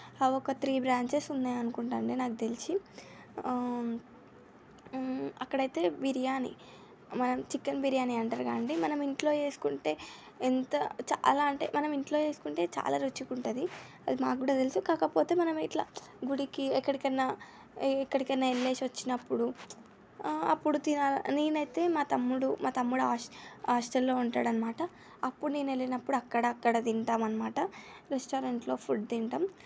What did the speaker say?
అవి ఒక three branches ఉన్నాయి అనుకుంటాను అండి నాకు తెలిసి అక్కడ అయితే బిర్యానీ మనం చికెన్ బిర్యాని అంటారు కాదండీ మనం ఇంట్లో చేసుకుంటే ఎంత చాలా అంటే మనం ఇంట్లో చేసుకుంటే చాలా రుచిగా ఉంటుంది అది మాకు కూడా తెలుసు కాకపోతే మనం ఇట్లా గుడికి ఎక్కడికైనా ఎక్కడికి వెళ్ళేసి వచ్చినప్పుడు అప్పుడు తినాలి అనిపిస్తుంది నేను అయితే మా తమ్ముడు హాస్టల్లో ఉంటాడన్నమాట అప్పుడు నేను వెళ్ళినప్పుడు అక్కడ అక్కడ తింటాము అన్నమాట రెస్టారెంట్లో ఫుడ్ తింటాము